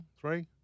three